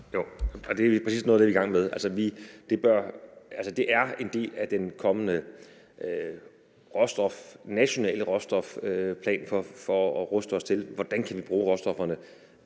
Det er præcis noget af det, vi er i gang med. Det er en del af den kommende nationale råstofplan, der skal ruste os til at bruge råstofferne